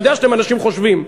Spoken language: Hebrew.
אני יודע שאתם אנשים חושבים,